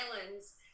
islands